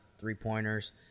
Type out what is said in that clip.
three-pointers